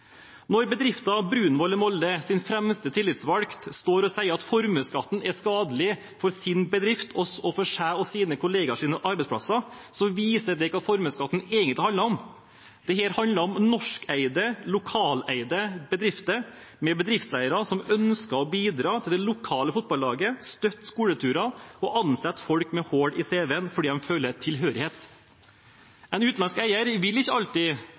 Når den fremste tillitsvalgte i bedriften Brunvoll i Molde står og sier at formuesskatten er skadelig for bedriften, for hans egen arbeidsplass og kollegaenes arbeidsplasser, viser det hva formuesskatten egentlig handler om. Dette handler om norskeide, lokaleide bedrifter med bedriftseiere som ønsker å bidra til det lokale fotballaget, støtte skoleturer og ansette folk med hull i cv-en, fordi de føler tilhørighet. En utenlandsk eier vil antageligvis ikke alltid